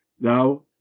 Thou